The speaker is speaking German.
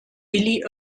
billy